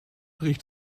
riecht